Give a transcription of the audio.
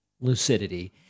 lucidity